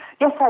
yes